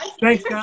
Thanks